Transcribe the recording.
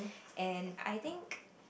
and I think